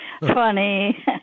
Funny